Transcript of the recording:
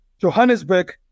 Johannesburg